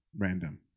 random